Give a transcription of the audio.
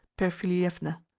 perfilievna.